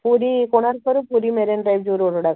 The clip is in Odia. ପୁରୀ କୋଣାର୍କରୁ ପୁରୀ ମେରିନ୍ ଡ୍ରାଇଭ୍ ଯେଉଁ ରୋଡ଼୍ ଗୁଡ଼ାକ